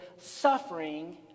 suffering